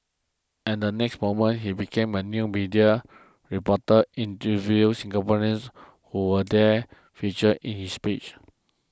and the next moment he became a new media reporter interviewing Singaporeans who were then featured in his speech